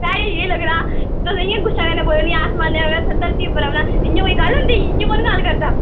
साढ़े केह् लगदा तुस इ'यां गुस्सा कन्नै बोलनियां आसमानै परा इस धरती पर औना इ'यां कोई गल्ल होंदी इयां कु'न गल्ल करदा